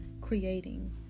creating